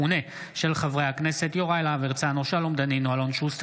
של חברי הכנסת ולדימיר בליאק, אוהד טל, דן אילוז,